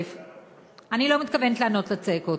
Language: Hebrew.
בניכוי כל הצעקות,